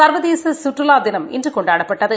கள்வதேச சுற்றுலா தினம் இன்று கொண்டாடப்பட்டது